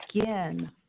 again